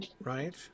right